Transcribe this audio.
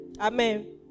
Amen